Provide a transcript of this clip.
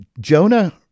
Jonah